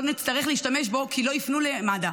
לא נצטרך להשתמש בו, כי לא יפנו למד"א,